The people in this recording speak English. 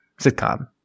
sitcom